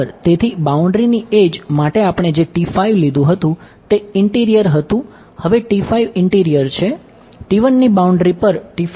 તેથી બાઉન્ડ્રીની એડ્જ માટે આપણે જે લીધું હતું તે ઇંટિરિયર હતું હવે ઇંટિરિયર છે ની બાઉન્ડ્રી પર શું છે